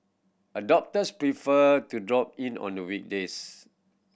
adopters prefer to drop in on the weekdays